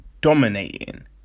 dominating